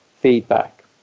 feedback